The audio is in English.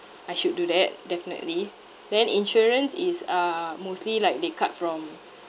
I should do that definitely then insurance is uh mostly like they cut from